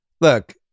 Look